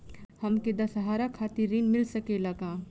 हमके दशहारा खातिर ऋण मिल सकेला का?